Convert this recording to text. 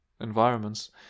environments